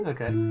Okay